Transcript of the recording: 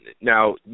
Now